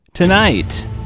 Tonight